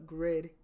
Grid